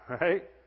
Right